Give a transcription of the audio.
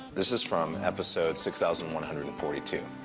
this is from episode six thousand one hundred and forty two.